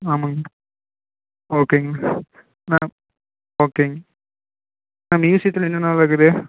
ஆமாங்க ஓகேங்க ஆ ஓகேங்க மியூசியத்தில் என்னென்னலாம் இருக்குது